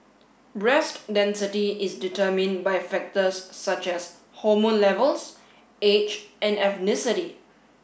breast density is determined by factors such as hormone levels age and ethnicity